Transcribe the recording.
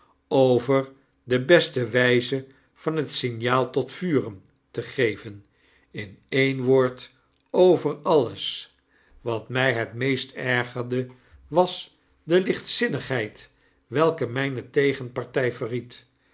over de beste wyze van het signaal tot vuren te geven in een woord over alles wat my het meest ergerde was de lichtzinnigheid welke myne tegenparty verried